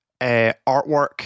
artwork